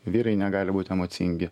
vyrai negali būt emocingi